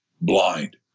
blind